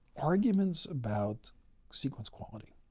arguments about sequence quality.